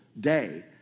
day